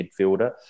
midfielder